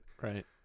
Right